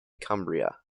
cumbria